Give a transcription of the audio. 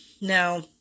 now